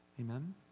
Amen